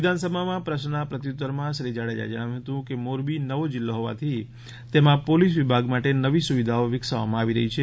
વિધાનસભામાં પ્રશ્નના પ્રત્યુત્તરમાં શ્રી જાડેજાએ જણાવ્યું હતું કે મોરબી નવો જિલ્લો હોવાથી તેમાં પોલીસ વિભાગ માટે નવી સુવિધાઓ વિકસાવવામાં આવી રહી છે